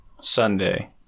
Sunday